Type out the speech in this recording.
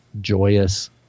joyous